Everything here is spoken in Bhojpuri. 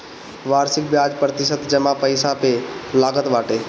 वार्षिक बियाज प्रतिशत जमा पईसा पे लागत बाटे